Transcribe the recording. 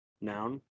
Noun